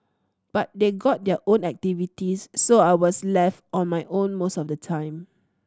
but they've got their own activities so I was left on my own most of the time